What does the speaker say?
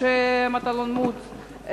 משה מטלון, מוץ,